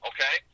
Okay